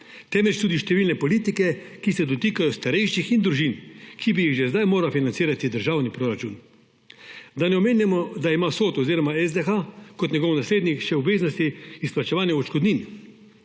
temveč tudi številne politike, ki se dotikajo starejših in družin, ki bi jih že sedaj moral financirati državni proračun. Da ne omenjamo, da ima SOD oziroma SDH kot njegov naslednik še obveznosti izplačevanje odškodnin.